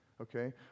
okay